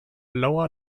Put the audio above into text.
lower